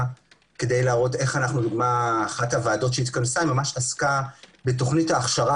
כדי להראות אחת הועדות שהתכנסה עסקה בתוכנית ההכשרה